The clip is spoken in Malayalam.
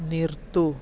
നിർത്തൂ